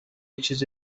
چیز